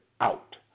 out